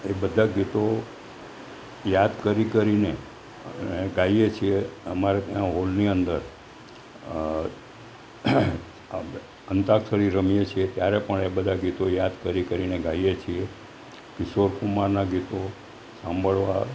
એ બધાં ગીતો યાદ કરી કરીને અને ગાઈએ છીએ અમારે ત્યાં હૉલની અંદર અંતાક્ષરી રમીએ છીએ ત્યારે પણ એ બધાં ગીતો યાદ કરી કરીને ગાઈએ છીએ કિશોર કુમારનાં ગીતો સાંભળવા